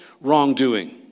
wrongdoing